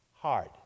hard